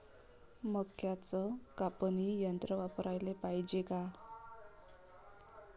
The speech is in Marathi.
मक्क्याचं कापनी यंत्र वापराले पायजे का?